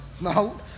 no